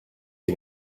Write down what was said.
ate